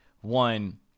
one